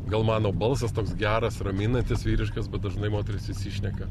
gal mano balsas toks geras raminantis vyriškas bet dažnai moterys įsišneka